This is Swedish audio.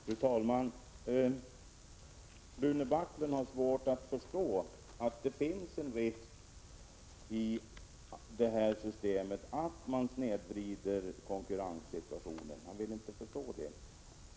Fru talman! Rune Backlund har svårt att förstå att det med vinstandelssystemet finns en risk för att man snedvrider konkurrenssituationen. Han vill inte förstå det.